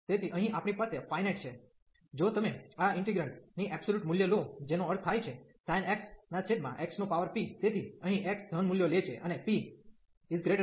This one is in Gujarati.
તેથી અહીં આપણી પાસે ફાયનાઈટ છે જો તમે આ ઇન્ટીગ્રેન્ટ ની એબ્સોલ્યુટ મુલ્ય લો જેનો અર્થ થાય છે sin x xp તેથી અહીં x ધન મૂલ્યો લે છે અને p 1